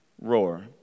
roar